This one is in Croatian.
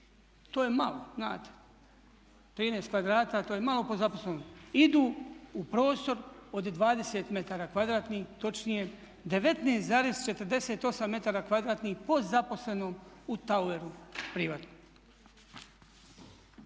To je malo znate, 13 kvadrata to je malo po zaposlenom. Idu u prostor od 20 metara kvadratnih, točnije 19,48 m2 po zaposlenom u toweru privatnom.